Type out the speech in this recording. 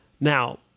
Now